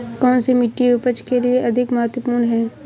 कौन सी मिट्टी उपज के लिए अधिक महत्वपूर्ण है?